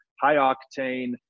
high-octane